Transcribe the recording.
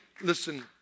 listen